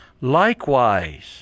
likewise